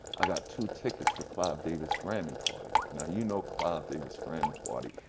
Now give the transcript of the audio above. i got two tickets for clive david's grammy party. now you know clive david's grammy party,